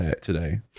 today